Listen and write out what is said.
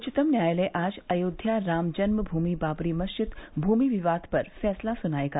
उच्चतम न्यायालय आज अयोध्या रामजन्म भूमि बाबरी मस्जिद भूमि विवाद पर फैसला सुनायेगा